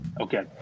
Okay